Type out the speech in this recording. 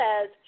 says